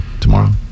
tomorrow